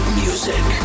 music